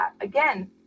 Again